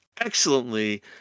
excellently